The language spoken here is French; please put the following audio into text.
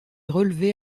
relevés